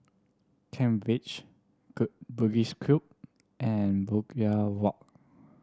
Kent Ridge Bugis Cube and Brookvale Walk